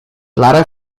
clara